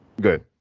good